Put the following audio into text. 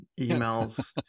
emails